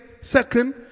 second